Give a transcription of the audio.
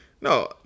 no